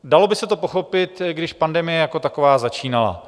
Dalo by se to pochopit, když pandemie jako taková začínala.